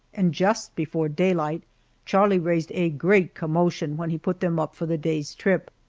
and just before daylight charlie raised a great commotion when he put them up for the day's trip.